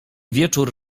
wieczór